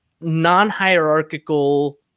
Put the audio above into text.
non-hierarchical